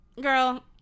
girl